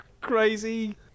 crazy